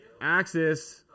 Axis